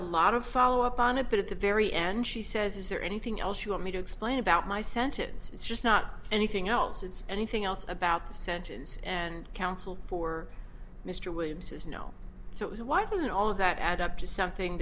a lot of follow up on it but at the very end she says is there anything else you want me to explain about my sentence it's just not anything else is anything else about the sentence and counsel for mr williams says no so why doesn't all of that add up to something